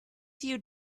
few